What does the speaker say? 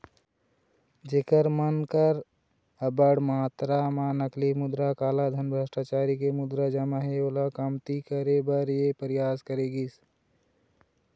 जेखर मन कर अब्बड़ मातरा म नकली मुद्रा, कालाधन, भस्टाचारी के मुद्रा जमा हे ओला कमती करे बर ये परयास करे गिस